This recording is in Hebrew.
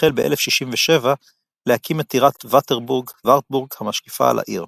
החל ב-1067 להקים את טירת וארטבורג המשקיפה על העיר.